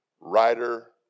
writer